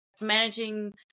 managing